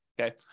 Okay